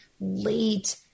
late